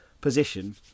position